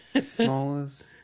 smallest